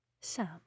Sam